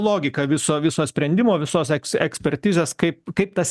logika viso viso sprendimo visos eks ekspertizės kaip kaip tas